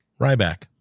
Ryback